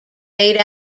eight